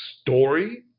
story